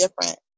different